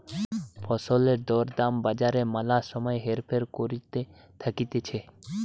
ফসলের দর দাম বাজারে ম্যালা সময় হেরফের করতে থাকতিছে